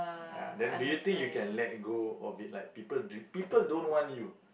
ah then do you think you can let go of it like people d~ people don't want you